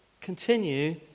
continue